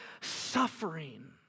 suffering